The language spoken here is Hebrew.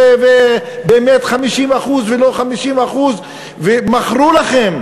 ובאמת 50% ולא 50%. מכרו לכם,